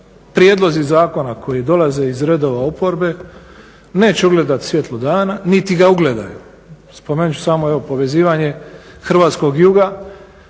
prijedlozi zakona koji dolaze iz redova oporbe neće ugledati svjetlo dana niti ga ugledaju. Spomenuti ću samo evo povezivanje hrvatskog juga